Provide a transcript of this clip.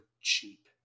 cheap